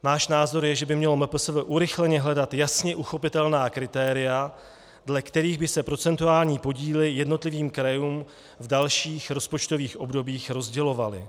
Náš názor je, že by mělo MPSV urychleně hledat jasně uchopitelná kritéria, dle kterých by se procentuální podíly jednotlivým krajům v dalších rozpočtových obdobích rozdělovaly.